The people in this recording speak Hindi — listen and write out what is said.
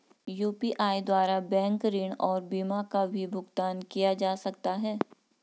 यु.पी.आई द्वारा बैंक ऋण और बीमा का भी भुगतान किया जा सकता है?